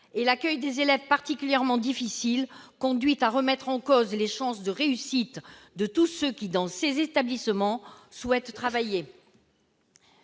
L'accueil d'élèves particulièrement difficiles conduit à remettre en cause les chances de réussite de tous ceux qui, dans ces établissements, souhaitent travailler.